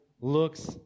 looks